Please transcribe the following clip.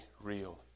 real